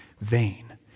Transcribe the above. vain